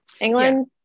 England